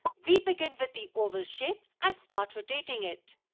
we begin with the oval shape and start rotating it.